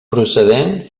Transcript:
procedent